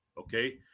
Okay